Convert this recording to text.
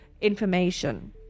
information